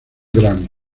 grammy